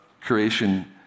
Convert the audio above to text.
creation